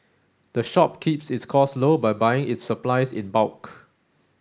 the shop keeps its costs low by buying its supplies in bulk